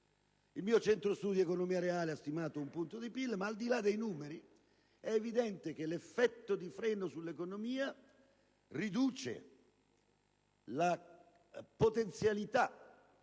il mio Centro Studi Economia Reale ha stimato in un punto di PIL. Ma, al di là dei numeri, è evidente che l'effetto di freno sull'economia riduce la potenzialità di